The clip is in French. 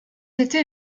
été